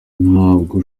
ntabwo